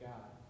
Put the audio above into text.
God